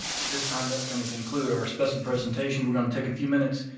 at this time, that's going to conclude our special presentation. we're going to take a few minutes,